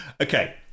okay